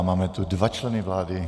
Máme tu dva členy vlády.